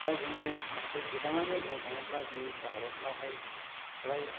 दा जोङो माखासे गोबाङोनो बुंनो थाङोब्ला जोंनि भारतनावहाय फ्राय